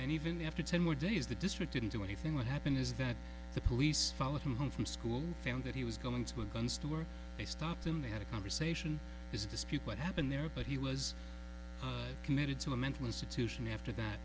and even after ten more days the district didn't do anything what happened is that the police followed him home from school found that he was going to a gun store they stopped him they had a conversation this dispute what happened there but he was committed to a mental institution after that